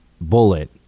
bullet